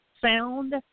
sound